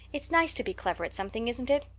it's nice to be clever at something, isn't it?